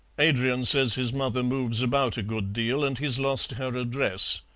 adrian says his mother moves about a good deal and he's lost her address.